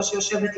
שיושבת פה,